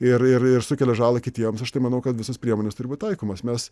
ir ir ir sukelia žalą kitiems aš tai manau kad visos priemonės turi būti taikomos mes